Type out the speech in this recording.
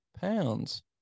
pounds